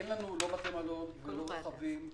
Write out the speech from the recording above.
אין לנו בתי מלון, רכבים,